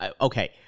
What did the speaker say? Okay